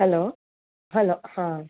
hello hello હા